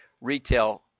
retail